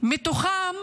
מתוכם